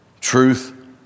Truth